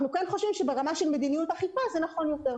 אנחנו כן חושבים שברמה של מדיניות אכיפה זה נכון יותר.